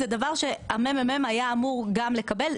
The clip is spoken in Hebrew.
זה דבר שהמ.מ.מ היה אמור גם לקבל.